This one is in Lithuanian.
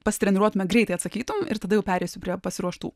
pasitreniruotume greitai atsakytum ir tada pereisiu prie pasiruoštų